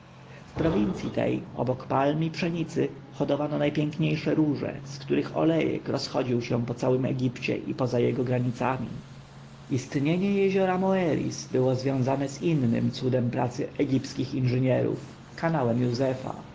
w prowincji tej obok palm i pszenicy hodowano najpiękniejsze róże z których olejek rozchodził się po całym egipcie i za jego granicami istnienie jeziora moeris było związane z innym cudem pracy egipskich inżynierów kanałem józefa